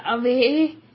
away